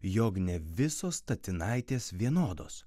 jog ne visos statinaitės vienodos